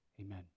amen